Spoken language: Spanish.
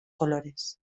colores